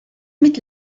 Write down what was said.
mit